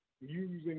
using